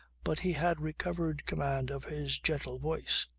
but he had recovered command of his gentle voice.